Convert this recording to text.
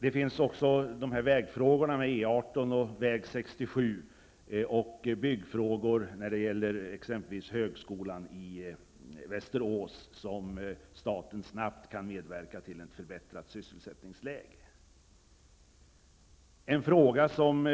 Det finns också frågor som berör E 18 och väg 67 samt byggfrågor vad gäller exempelvis högskolan i Västerås. Staten kan genom dessa projekt snabbt medverka till ett förbättrat sysselsättningsläge. En fråga